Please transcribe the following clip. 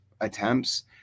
attempts